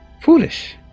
foolish